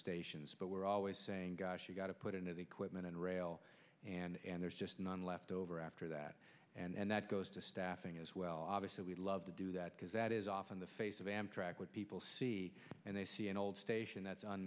stations but we're always saying gosh you got to put into the equipment and rail and there's just none left over after that and that goes to staffing as well obviously we'd love to do that because that is often the face of amtrak what people see and they see an old station that's